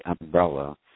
umbrella